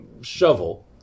shovel